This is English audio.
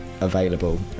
available